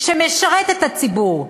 שמשרת את הציבור,